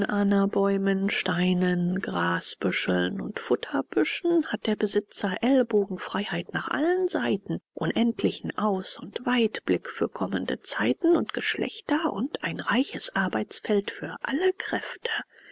anabäumen steinen grasbüscheln und futterbüschen hat der besitzer ellbogenfreiheit nach allen seiten unendlichen aus und weitblick für kommende zeiten und geschlechter und ein reiches arbeitsfeld für alle kräfte